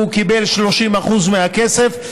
הוא קיבל 30% מהכסף,